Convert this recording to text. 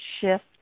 shift